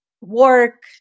work